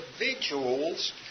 individuals